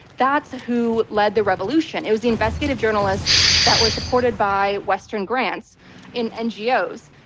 that's who led the revolution. it was the investigative journalists that were supported by western grants and ngos.